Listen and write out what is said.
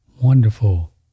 wonderful